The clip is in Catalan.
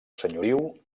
senyoriu